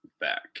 back